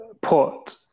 put